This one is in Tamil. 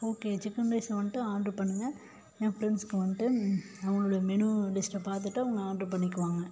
ஒகே சிக்கன் ரைஸ் மட்டும் ஆர்ட்ரு பண்ணுங்கள் என் ஃப்ரெண்ட்ஸ்க்கு வந்ட்டு அவங்களுடைய மெனு லிஸ்ட்டை பார்த்துட்டு அவங்க ஆர்ட்ரு பண்ணிக்குவாங்க